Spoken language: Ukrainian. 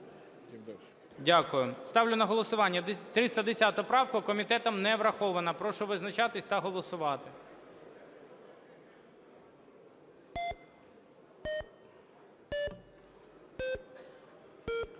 Дякую. Ставлю на голосування 310 правку. Комітетом не врахована. Прошу визначатися та голосувати.